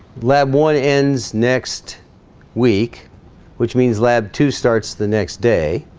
lab one ends next week which means lab two starts the next day